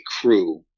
crew